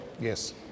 yes